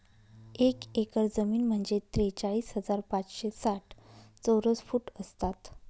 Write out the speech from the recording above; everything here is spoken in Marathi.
एक एकर जमीन म्हणजे त्रेचाळीस हजार पाचशे साठ चौरस फूट असतात